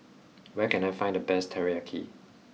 where can I find the best Teriyaki